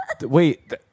Wait